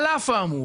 על אף האמור